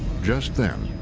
just then,